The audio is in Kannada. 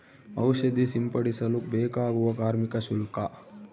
ಔಷಧಿ ಸಿಂಪಡಿಸಲು ಬೇಕಾಗುವ ಕಾರ್ಮಿಕ ಶುಲ್ಕ?